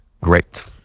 great